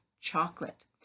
chocolate